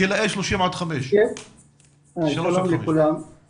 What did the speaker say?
גילאים 3 עד 5. שלום לכולם,